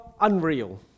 unreal